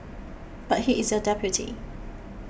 but he is your deputy